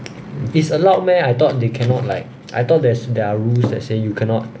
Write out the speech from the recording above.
it's allowed meh I thought they cannot like I thought there's there are rules that say you cannot